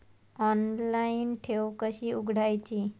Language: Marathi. ऑनलाइन ठेव कशी उघडायची?